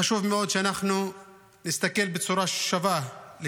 חשוב מאוד שאנחנו נסתכל בצורה שווה על